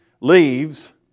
leaves